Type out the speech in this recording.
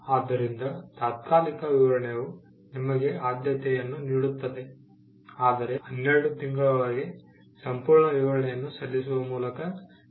ಆದ್ದರಿಂದ ತಾತ್ಕಾಲಿಕ ವಿವರಣೆಯು ನಿಮಗೆ ಆದ್ಯತೆಯನ್ನು ನೀಡುತ್ತದೆ ಆದರೆ 12 ತಿಂಗಳೊಳಗೆ ಸಂಪೂರ್ಣ ವಿವರಣೆಯನ್ನು ಸಲ್ಲಿಸುವ ಮೂಲಕ ನೀವು ಅದನ್ನು ಅನುಸರಿಸಬೇಕು